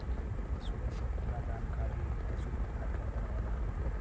पसुअन क पूरा जानकारी पसु विभाग के अन्दर आवला